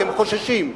אתם חוששים.